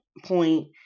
point